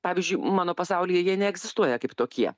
pavyzdžiui mano pasaulyje jie neegzistuoja kaip tokie